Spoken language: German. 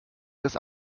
des